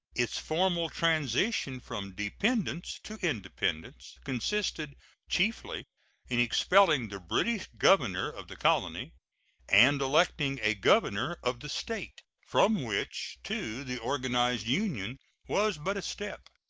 its formal transition from dependence to independence consisted chiefly in expelling the british governor of the colony and electing a governor of the state, from which to the organized union was but a step.